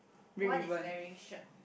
one is wearing shirt